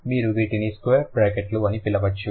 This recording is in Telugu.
మీరు వీటిని స్క్వేర్ బ్రాకెట్లు అని పిలవవచ్చు